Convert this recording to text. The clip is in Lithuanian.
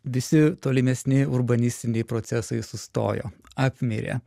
visi tolimesni urbanistiniai procesai sustojo apmirė